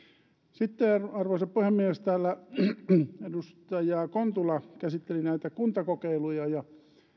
sitten arvoisa puhemies täällä edustaja kontula käsitteli näitä kuntakokeiluja ja